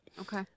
Okay